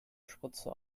spritze